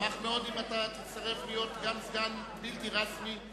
אשמח מאוד אם אתה תצטרף להיות סגן בלתי רשמי.